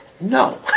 no